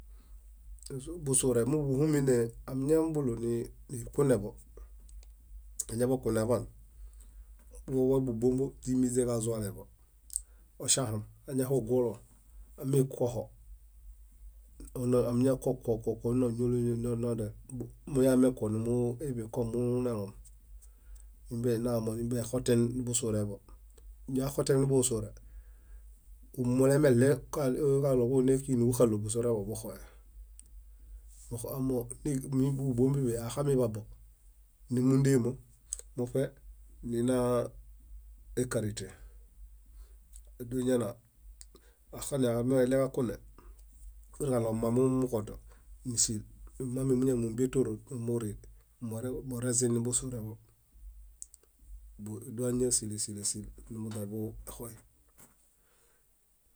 . Busure móḃuhumine ámiñambolo nikuneḃo, amiñaḃokuneaḃaan, múḃaḃubombo źíminźe kazualeḃo, oŝãhom. Añahogolo, amikuwoho, añakuwo, kuwo, kuwo, kuwo onañoleño moñadia muñamekuwo munakomulunelon, nimbeinamo nimbenixoten niḃusureḃo. Ñoaxotemibuḃusure, mulemeɭew kaɭo kuġune kíġinuġuxallo, busureḃoḃuxoe. Kaxoyamooġo mí- búbombi axamiḃabo, nímundama muṗe nina ékarite. Ádoiñana, axanae amooġo oeɭeġakune, purġaɭo mma momumuġodo, nísil. Mimã mími múñainimombietoro numurii moreziniḃusureḃo. Dóañasile, síl, síl, síl nuḃuźaḃuexoy.